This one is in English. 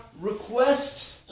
requests